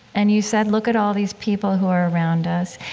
and you said look at all these people who are around us.